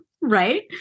right